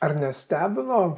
ar nestebino